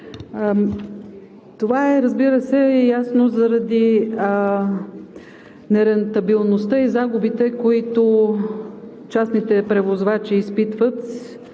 Това, разбира се, е ясно заради нерентабилността и загубите, които частните превозвачи изпитват